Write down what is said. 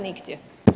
Nigdje.